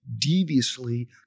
deviously